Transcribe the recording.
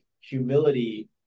humility